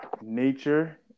nature